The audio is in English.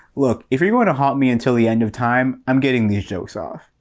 look if you wanna haunt me until the end of time, i'm getting these jokes off!